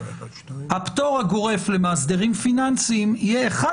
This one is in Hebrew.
הפטור הגורף למאסדרים פיננסיים יהיה אחד